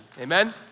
amen